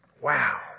Wow